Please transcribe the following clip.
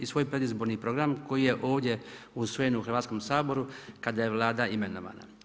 I svoj predizborni program koji je ovdje usvojen u Hrvatskom saboru kada je Vlada imenovana.